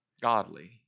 godly